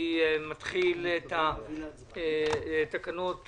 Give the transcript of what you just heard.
אני מתחיל את התקנות איתך.